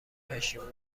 پشیمون